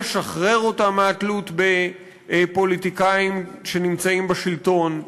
לשחרר אותה מהתלות בפוליטיקאים שנמצאים בשלטון,